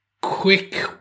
quick